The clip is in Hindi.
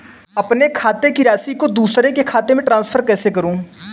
अपने खाते की राशि को दूसरे के खाते में ट्रांसफर कैसे करूँ?